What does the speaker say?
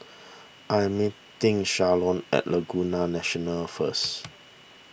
I am meeting Shalon at Laguna National first